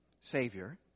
Savior